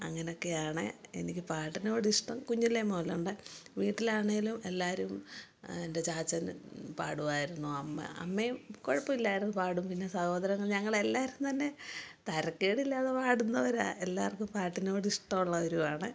അങ്ങനൊക്കെയാണ് എനിക്ക് പാട്ടിനോട് ഇഷ്ടം കുഞ്ഞിലേ മുതലുണ്ട് വീട്ടിലാണേലും എല്ലാവരും എൻ്റെ ചാച്ചൻ പാടുമായിരുന്നു അമ്മ അമ്മയും കുഴപ്പമില്ലായിരുന്നു പാടും പിന്നെ സഹോദരങ്ങൾ ഞങ്ങൾ എല്ലാവരും തന്നെ തരക്കേടില്ലാതെ പാടുന്നവരാണ് എല്ലാർക്കും പാട്ടിനോട് ഇഷ്ടോള്ളവരുവാണ്